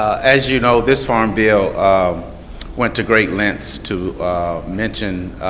as you know, this farmville um went to great lengths to mention